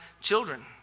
children